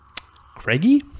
Craigie